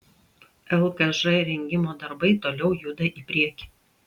lkž rengimo darbai toliau juda į priekį